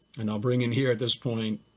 and i'll bring in here at this point,